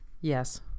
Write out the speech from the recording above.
Yes